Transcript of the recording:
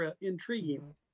intriguing